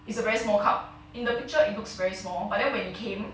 it's a very small cup in the picture it looks very small but then when it came